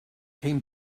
came